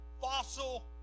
fossil